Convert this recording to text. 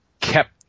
kept